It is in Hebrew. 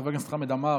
חבר הכנסת חמד עמאר,